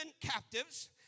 captives